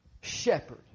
shepherd